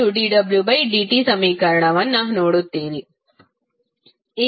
ನೀವು p≜dwdt ಸಮೀಕರಣವನ್ನು ನೋಡುತ್ತೀರಿ